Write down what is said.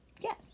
Yes